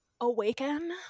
Awaken